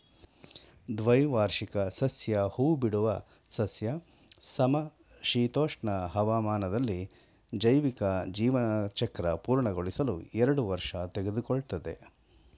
ದ್ವೈವಾರ್ಷಿಕ ಸಸ್ಯ ಹೂಬಿಡುವ ಸಸ್ಯ ಸಮಶೀತೋಷ್ಣ ಹವಾಮಾನದಲ್ಲಿ ಜೈವಿಕ ಜೀವನಚಕ್ರ ಪೂರ್ಣಗೊಳಿಸಲು ಎರಡು ವರ್ಷ ತೆಗೆದುಕೊಳ್ತದೆ